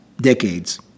decades